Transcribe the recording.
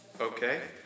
okay